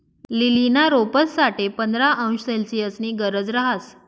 लीलीना रोपंस साठे पंधरा अंश सेल्सिअसनी गरज रहास